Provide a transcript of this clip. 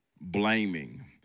Blaming